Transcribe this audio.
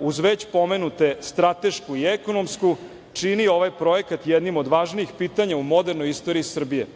uz već pomenute stratešku i ekonomsku, čini ovaj projekat jednim od važnijih pitanja u modernoj istoriji Srbije.